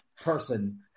person